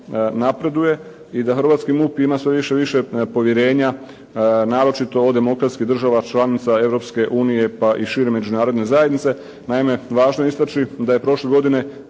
napreduje i da hrvatski MUP ima sve više i više povjerenja, naročito od demokratskih država članica Europske unije pa i šire međunarodne zajednice. Naime, važno je istaći da je prošle godine